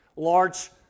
large